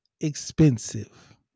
expensive